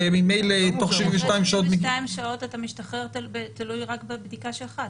כי ממילא תוך 72 שעות --- תוך 72 שעות אתה משתחרר תלוי רק בבדיקה שלך.